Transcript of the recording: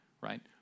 right